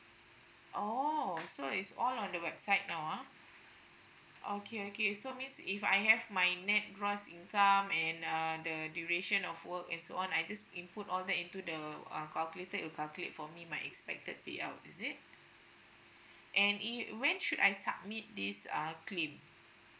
oh so is all on the website now ah okay okay so means if I have my net gross income and uh the duration of work and so on I just input all that into the uh calculator it will calculate for me my expected payout is it and it when should I submit this err claim